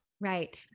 Right